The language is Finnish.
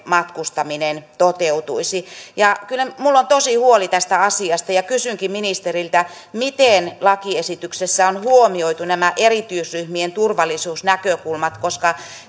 matkustaminen toteutuisi kyllä minulla on tosi huoli tästä asiasta ja kysynkin ministeriltä miten lakiesityksessä on huomioitu nämä erityisryhmien turvallisuusnäkökulmat koska